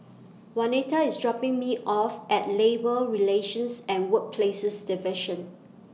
Waneta IS dropping Me off At Labour Relations and Workplaces Division